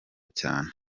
cyane